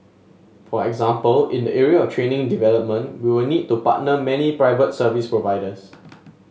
for example in the area of training development we will need to partner many private service providers